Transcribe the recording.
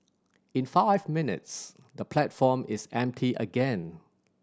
in five minutes the platform is empty again